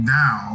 now